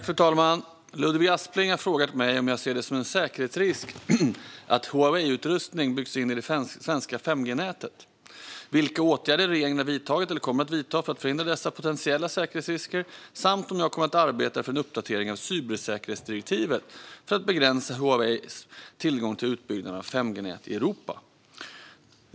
Fru talman! Ludvig Aspling har frågat mig om jag ser det som en säkerhetsrisk att Huaweiutrustning byggs in i det svenska 5G-nätet, vilka åtgärder regeringen har vidtagit eller kommer att vidta för att förhindra dessa potentiella säkerhetsrisker samt om jag kommer att arbeta för en uppdatering av cybersäkerhetsdirektivet för att begränsa Huaweis tillgång till utbyggnaden av 5G-nät i Europa.